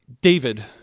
David